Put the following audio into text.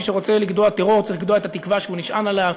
מי שרוצה לגדוע טרור צריך לגדוע את התקווה שהוא נשען עליה.